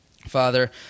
Father